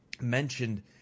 mentioned